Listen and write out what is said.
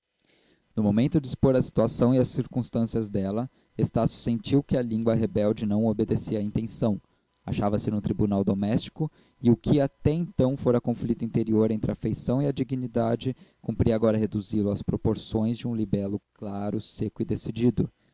no momento de expor a situação e as circunstâncias dela estácio sentiu que a língua rebelde não obedecia à intenção achava-se num tribunal doméstico e o que até então fora conflito interior entre a afeição e a dignidade cumpria agora reduzi lo às proporções de um libelo claro seco e decidido